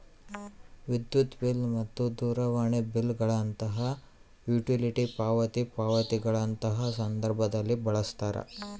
ವಿದ್ಯುತ್ ಬಿಲ್ ಮತ್ತು ದೂರವಾಣಿ ಬಿಲ್ ಗಳಂತಹ ಯುಟಿಲಿಟಿ ಪಾವತಿ ಪಾವತಿಗಳಂತಹ ಸಂದರ್ಭದಲ್ಲಿ ಬಳಸ್ತಾರ